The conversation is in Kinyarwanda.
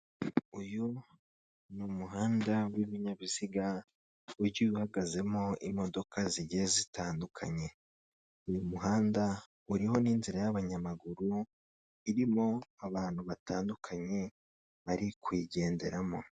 Uyu ni umuhanda w'ibinyabiziga, ugiye uhagazemo imodoka zigenda zitandukanye, uyu muhanda uriho n'inzira y'abanyamaguru irimo abantu batandukanye bari kuyigenderamo.